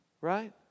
Right